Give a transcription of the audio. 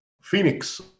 Phoenix